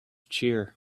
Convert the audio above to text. cheer